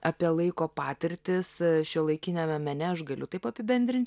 apie laiko patirtis šiuolaikiniame mene aš galiu taip apibendrinti